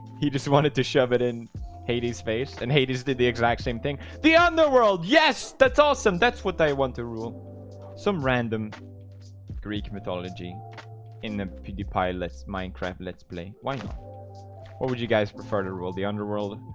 he just wanted to shove it in hades hades face and hades did the exact same thing beyond the ah and world yes, that's awesome that's what they want to rule some random greek mythology in the pd pilots minecraft letsplay why what would you guys prefer to rule the underworld?